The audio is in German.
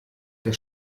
der